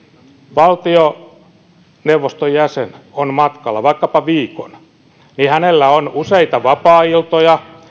valtioneuvoston jäsen on matkalla vaikkapa viikon hänellä on useita vapaailtoja